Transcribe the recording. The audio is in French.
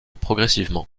progressivement